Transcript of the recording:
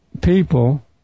people